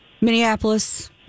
Minneapolis